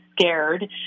scared